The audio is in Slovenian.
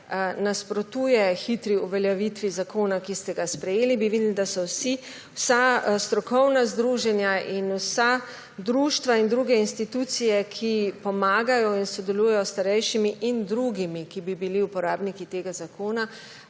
nasprotuje hitri uveljavitvi zakona, ki ste ga sprejeli, bi videli, da so vsa strokovna združenja in vsa društva in druge institucije, ki pomagajo in sodelujejo s starejšimi in drugimi, ki bi bili uporabniki tega zakona,